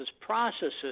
processes